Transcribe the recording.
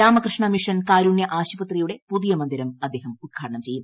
Ramakrishna mission കാരുണ്യ ആശുപത്രിയുടെ പുതിയ മന്ദിരം അദ്ദേഹം ഉദ്ഘാടനം ചെയ്യും